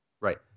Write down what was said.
Right